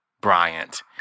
Bryant